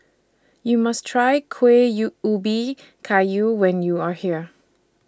YOU must Try Kueh YOU Ubi Kayu when YOU Are here